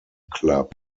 club